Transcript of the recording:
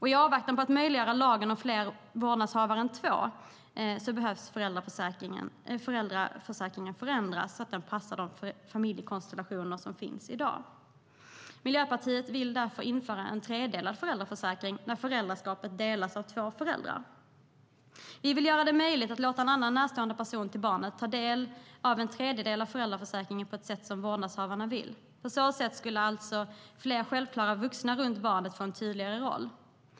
I avvaktan på att lagen möjliggör fler än två vårdnadshavare behöver dagens föräldraförsäkring ändras så att den bättre passar de familjekonstellationer som finns i dag. Miljöpartiet vill därför införa en tredelad föräldraförsäkring när föräldraskapet delas av två föräldrar. Vi vill göra det möjligt för annan barnet närstående person att ta del av en tredjedel av föräldraförsäkringen på det sätt som vårdnadshavarna vill. På så sätt skulle alltså fler självklara vuxna runt barnet få en tydligare roll.